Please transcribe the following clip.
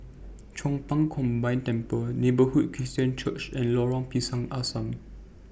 Chong Pang Combined Temple Neighbourhood Christian Church and Lorong Pisang Asam